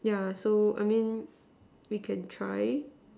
yeah so I mean we can try